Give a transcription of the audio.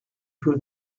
who